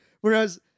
Whereas